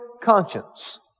conscience